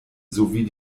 sowie